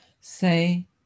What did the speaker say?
say